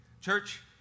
Church